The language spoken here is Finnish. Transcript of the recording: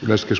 myös